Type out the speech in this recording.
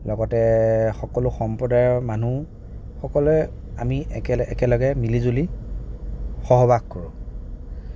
লগতে সকলো সম্প্ৰদায়ৰ মানুহসকলে আমি একেলগে মিলি জুলি সহবাস কৰোঁ